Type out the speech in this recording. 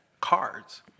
cards